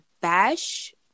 bash